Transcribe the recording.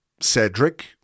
Cedric